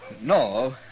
No